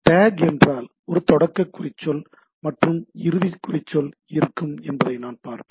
take என்றால் ஒரு தொடக்க குறிச்சொல் மற்றும் இறுதி குறிச்சொல் இருக்கும் என்பதை நான் பார்ப்பேன்